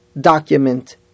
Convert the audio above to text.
document